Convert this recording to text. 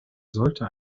sollte